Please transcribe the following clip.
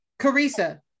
Carissa